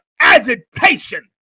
agitation